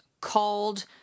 called